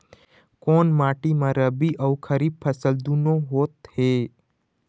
कोन माटी म रबी अऊ खरीफ फसल दूनों होत हे?